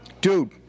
dude